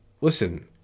listen